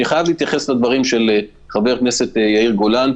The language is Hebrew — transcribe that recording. אני חייב להתייחס לדברים של חבר הכנסת יאיר גולן,